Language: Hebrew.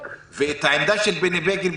והעמדה של בני בגין,